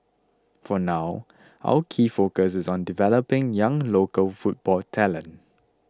for now our key focus is on developing young local football talent